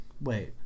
Wait